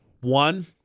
One